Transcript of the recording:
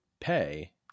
pay